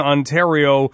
Ontario